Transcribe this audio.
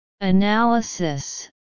analysis